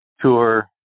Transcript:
Tour